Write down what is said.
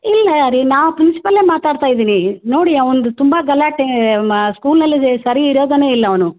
ಇಲ್ಲ ರೀ ನಾ ಪ್ರಿನ್ಸಿಪಲ್ಲೆ ಮಾತಾಡ್ತ ಇದ್ದೀನಿ ನೋಡಿ ಅವ್ನ್ದು ತುಂಬಾ ಗಲಾಟೇ ಮ ಸ್ಕೂಲಲ್ಲಿ ಸರಿ ಇರೋದನೆ ಇಲ್ಲ ಅವನು